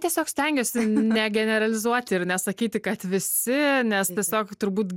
tiesiog stengiuosi ne generalizuoti ir nesakyti kad visi nes tiesiog turbūt